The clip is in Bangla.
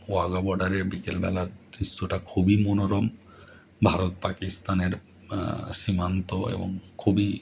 ওয়াঘা বর্ডারে বিকেলবেলার দৃশ্যটা খুবই মনোরম ভারত পাকিস্তানের সীমান্ত এবং খুবই